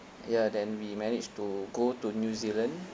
ya then we managed to go to new zealand